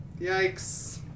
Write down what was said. Yikes